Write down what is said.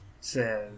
says